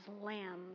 lambs